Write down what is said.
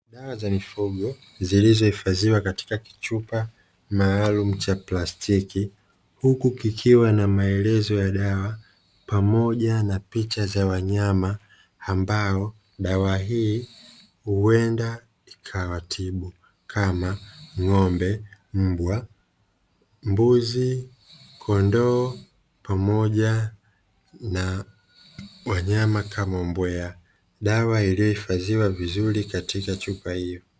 Dawa za mifugo zilizohifadhiwa katika kichupa maalumu cha plastiki, huku kikiwa na maelezo ya dawa pamoja na picha za wanyama ambao dawa hii huenda ikawatibu kama ng'ombe, mbwa, mbuzi, kondoo, pamoja na wanyama kama mboya, dawa iliyohifadhiwa vizuri katika chupa hiyo.